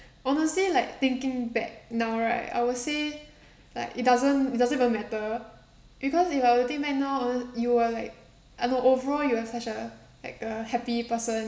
honestly like thinking back now right I would say like it doesn't it doesn't even matter because you already right now uh you were like uh no overall you have such a like a happy person